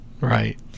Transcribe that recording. right